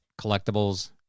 collectibles